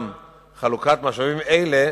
גם חלוקת משאבים אלה